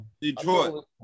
Detroit